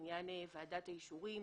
בעניין ועדת האישורים,